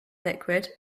liquid